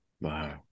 Wow